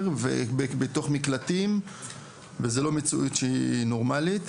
בתוך מקלטים וזה לא מציאות שהיא נורמלית,